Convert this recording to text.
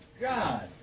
God